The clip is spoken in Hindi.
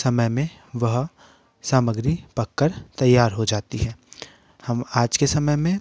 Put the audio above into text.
समय में वह समग्री पककर तैयार हो जाती है हम आज के समय में